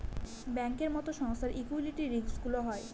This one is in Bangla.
ব্যাঙ্কের মতো সংস্থার লিকুইডিটি রিস্কগুলোও হয়